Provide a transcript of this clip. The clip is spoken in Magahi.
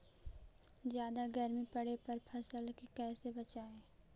जादा गर्मी पड़े पर फसल के कैसे बचाई?